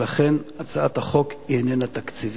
ולכן הצעת החוק איננה תקציבית.